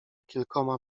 kilkoma